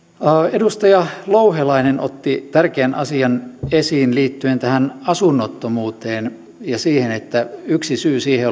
edustaja louhelainen otti tärkeän asian esiin liittyen asunnottomuuteen ja siihen että yksi syy siihen